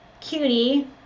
cutie